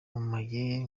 wamamaye